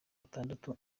batandatu